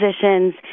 positions